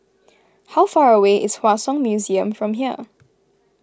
how far away is Hua Song Museum from here